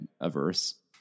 averse